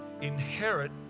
inherit